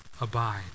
abide